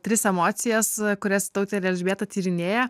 tris emocijas kurias tautė ir elžbieta tyrinėja